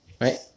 right